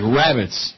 rabbits